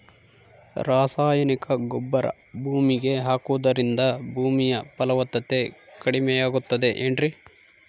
ರಾಸಾಯನಿಕ ಗೊಬ್ಬರ ಭೂಮಿಗೆ ಹಾಕುವುದರಿಂದ ಭೂಮಿಯ ಫಲವತ್ತತೆ ಕಡಿಮೆಯಾಗುತ್ತದೆ ಏನ್ರಿ?